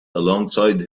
alongside